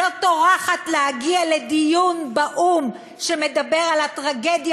לא טורחת להגיע לדיון באו"ם שמדבר על הטרגדיה